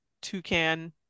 toucan